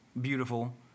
Beautiful